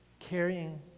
carrying